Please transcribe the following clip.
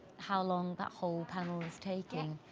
how long that whole panel is taking?